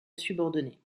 subordonnée